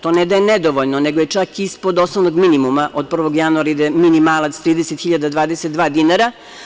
To ne da je nedovoljno, nego je čak ispod osnovnog minimuma, od 1. januara ide minimalac od 30.022 dinara.